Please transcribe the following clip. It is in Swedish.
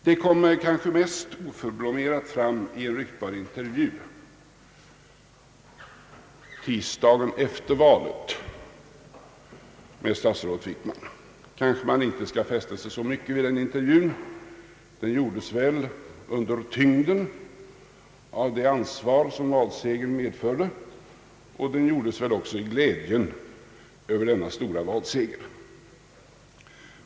Detta kommer kanske mest oförblommerat fram i en ryktbar intervju, som gjordes måndagen efter valet med statsrådet Wickman. Kanske man inte skall fästa så stort avseende vid den intervjun, som väl tillkom under tyngden av det ansvar som valsegern medförde, och kanske också i glädjen över den stora valsegern.